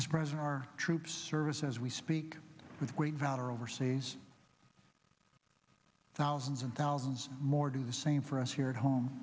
is present our troops service as we speak with wayne valor overseas thousands and thousands more do the same for us here at home